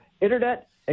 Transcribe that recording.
Internet